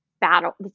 Battle